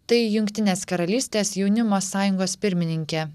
tai jungtinės karalystės jaunimo sąjungos pirmininkė